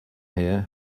here